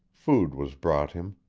food was brought him.